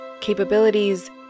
capabilities